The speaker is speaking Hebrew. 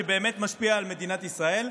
שבאמת משפיע על מדינת ישראל.